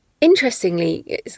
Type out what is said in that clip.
Interestingly